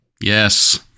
Yes